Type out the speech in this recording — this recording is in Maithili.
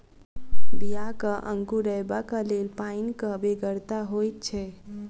बियाक अंकुरयबाक लेल पाइनक बेगरता होइत छै